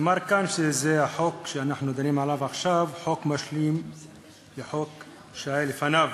נאמר כאן שהחוק שאנחנו דנים עליו עכשיו הוא חוק משלים לחוק שהיה לפניו.